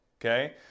Okay